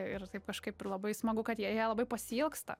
ir taip kažkaip ir labai smagu kad jie jie labai pasiilgsta